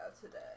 today